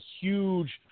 huge